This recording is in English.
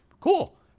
cool